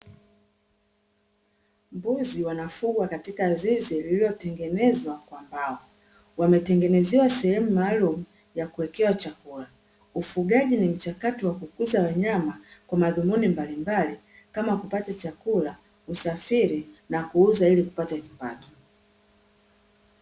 Mbuzi wanafugwa katika zizi lililotengenezwa kwa mbao, wametengenezewa sehemu maalumu ya kuwekewa chakula. Ufugaji ni mchakato wa kukuza wanyama kwa madhumuni mbalimbali kama kupata chakula, usafiri na kuuza ili kupata kipato.